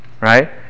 right